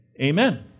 amen